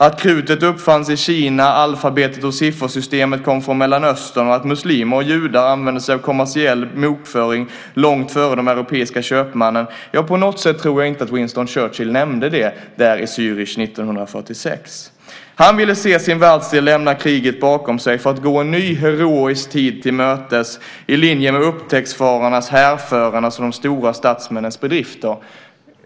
Att krutet uppfanns i Kina, alfabetet och siffersystemet kom från Mellanöstern och att muslimer och judar använde sig av kommersiell bokföring långt före de europeiska köpmännen - ja, på något sätt tror jag inte att Winston Churchill nämnde det, där i Zürich 1946. Han ville se sin världsdel lämna kriget bakom sig för att gå en ny, heroisk tid till mötes i linje med upptäcktsresandenas, härförarnas och de stora statsmännens bedrifter.